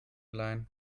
leihen